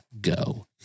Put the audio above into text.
Go